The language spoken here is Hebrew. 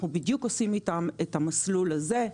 אנחנו עושים איתן בדיוק את המסלול הזה.